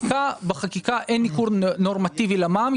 בחקיקה אין ניכוי נורמטיבי למע"מ.